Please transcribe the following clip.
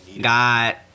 God